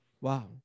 Wow